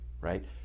right